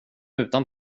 utan